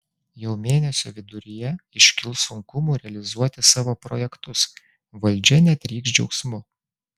jau mėnesio viduryje iškils sunkumų realizuoti savo projektus valdžia netrykš džiaugsmu